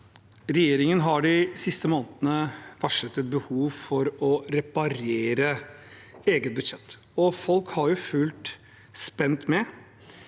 Regjeringen har de siste månedene varslet et behov for å reparere eget budsjett, og folk har fulgt spent med: